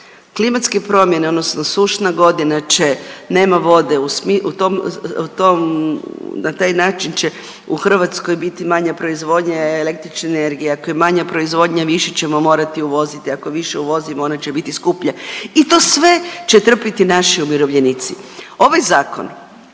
klimatske promjene odnosno sušna godina će, nema vode, u tom, u tom, na taj način će u Hrvatskoj biti manje proizvodnje električne energije, ako je manja proizvodnja više ćemo morati uvoziti, ako više uvozimo onda će biti skuplje i to sve će trpiti naši umirovljenici. Ovaj zakon